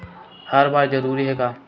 हर बार जरूरी हे का?